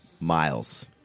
Miles